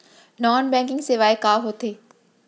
Non banking सेवाएं का होथे?